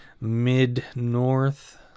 mid-north